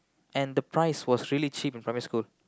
and the price was really cheap in primary school